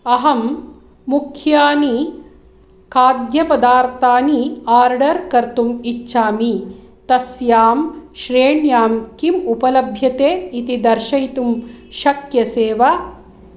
अहं मुख्यानि खाद्यपदार्थानि आर्डर् कर्तुम् इच्छामि तस्यां श्रेण्यां किम् उपलभ्यते इति दर्शयितुं शक्यसे वा